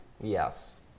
Yes